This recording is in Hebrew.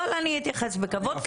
אבל אני אתייחס בכבוד,